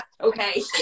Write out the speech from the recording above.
okay